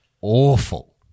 awful